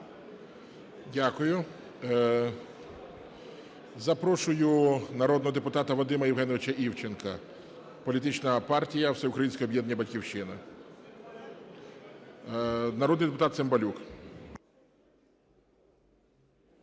Дякую. Запрошую народного депутата Вадима Євгеновича Івченка, політична партія "Всеукраїнське об'єднання "Батьківщина". Народний депутат Цимбалюк.